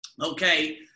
okay